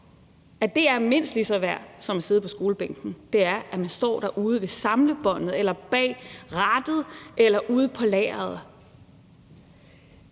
at det er mindst lige så meget værd som at sidde på skolebænken, at man står derude ved samlebåndet, sidder bag rattet eller er ude på lageret.